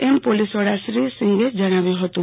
એમ પોલીસવડા શ્રી સીંઘે જણાવાયું હતું